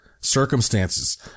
circumstances